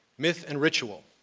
myth and ritual.